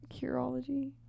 Curology